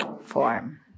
Form